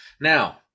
now